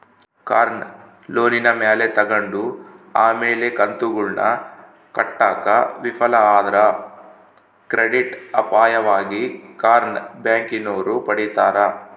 ಕಾರ್ನ ಲೋನಿನ ಮ್ಯಾಲೆ ತಗಂಡು ಆಮೇಲೆ ಕಂತುಗುಳ್ನ ಕಟ್ಟಾಕ ವಿಫಲ ಆದ್ರ ಕ್ರೆಡಿಟ್ ಅಪಾಯವಾಗಿ ಕಾರ್ನ ಬ್ಯಾಂಕಿನೋರು ಪಡೀತಾರ